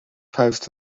post